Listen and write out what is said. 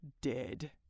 dead